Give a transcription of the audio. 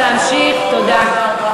תודה.